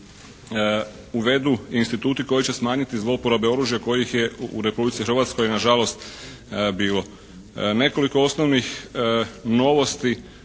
uvedu instituti koji će smanjiti zlouporabe oružja kojih je u Republici Hrvatskoj na žalost bilo. Nekoliko osnovnih novosti